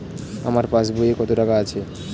আমার পাস বইতে কত টাকা আছে?